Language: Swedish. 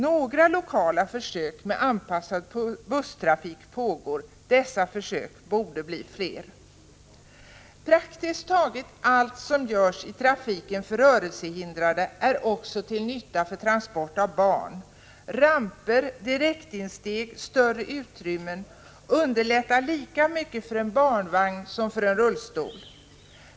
Några lokala försök med anpassad busstrafik pågår. Dessa försök borde bli fler. Praktiskt taget allt som görs i trafiken för rörelsehindrade är också till nytta för transport av barn. Ramper, direktinsteg och större utrymmen underlättar lika mycket för en barnvagn som för en rullstol.